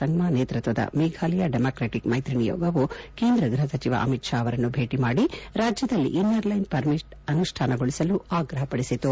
ಸಂಗ್ಮಾ ನೇತೃತ್ವದ ಮೇಘಾಲಯ ಡೆಮಾಕ್ರೆಟಕ್ ಮೈತ್ರಿ ನಿಯೋಗವು ಕೇಂದ್ರ ಗೃಹ ಸಚಿವ ಅಮಿತ್ ಶಾ ಅವರನ್ನು ಭೇಟ ಮಾಡಿ ರಾಜ್ಯದಲ್ಲಿ ಇನ್ನರ್ ಲೈನ್ ಪರ್ಮಿಟ್ ಅನುಷ್ಠಾನಗೊಳಿಸಲು ಆಗ್ರಹ ಮಾಡಿತು